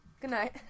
Goodnight